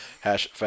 Hash